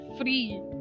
free